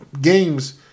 games